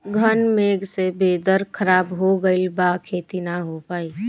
घन मेघ से वेदर ख़राब हो गइल बा खेती न हो पाई